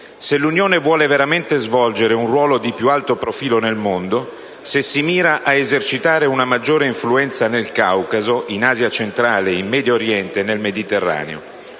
se l'Unione vuole veramente svolgere un ruolo di più alto profilo nel mondo, se si mira ad esercitare una maggiore influenza nel Caucaso, in Asia centrale, in Medio Oriente e nel Mediterraneo